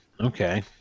Okay